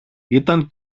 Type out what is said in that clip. ήταν